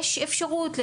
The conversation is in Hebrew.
יש אפשרות